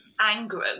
angry